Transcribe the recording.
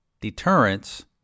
deterrence